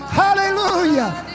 Hallelujah